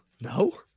No